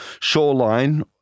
shoreline